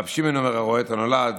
רבי שמעון אומר: הרואה את הנולד.